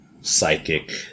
psychic